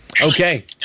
Okay